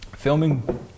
Filming